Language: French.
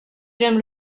j’aime